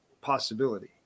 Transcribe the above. possibility